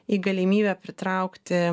į galimybę pritraukti